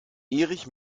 erich